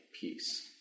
peace